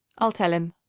i'll tell him.